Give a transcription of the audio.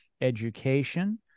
education